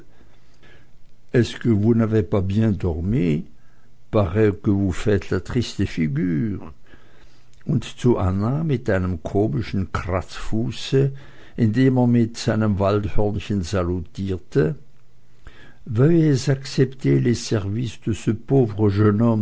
figure und zu anna mit einem komischen kratzfuße indem er mit seinem waldhörnchen salutierte